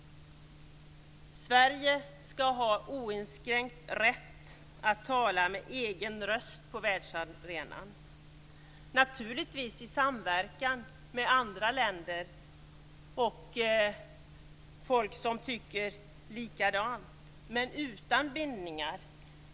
Sverige skall ha oinskränkt rätt att tala med egen röst på världsarenan - naturligtvis i samverkan med andra länder och folk som tycker likadant, men utan bindningar.